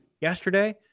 yesterday